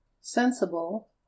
sensible